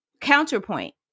counterpoint